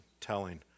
telling